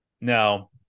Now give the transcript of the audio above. Now